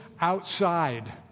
outside